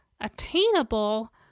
attainable